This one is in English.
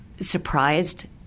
surprised